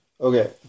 Okay